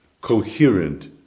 coherent